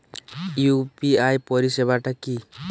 UPI পরিসেবাটা কি?